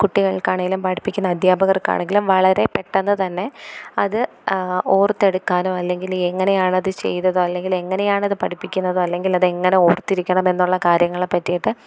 കുട്ടികൾക്കാണെങ്കിലും പഠിപ്പിക്കുന്ന അധ്യാപകർക്കാണെങ്കിലും വളരെ പെട്ടെന്ന് തന്നെ അത് ഓർത്തെടുക്കാനോ അല്ലെങ്കിൽ എങ്ങനെയാണത് ചെയ്തതോ അല്ലെങ്കിലെങ്ങനെയാണത് പഠിപ്പിക്കുന്നതോ അല്ലെങ്കിൽ അതെങ്ങനെ ഓർത്തിരിക്കണം എന്നുള്ള കാര്യങ്ങളെപ്പറ്റിയിട്ട്